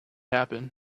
happen